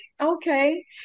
Okay